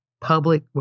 public